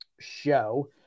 show